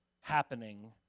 happening